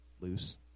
loose